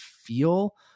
feel